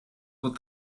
what